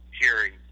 hearing